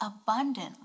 abundant